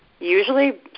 Usually